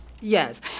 Yes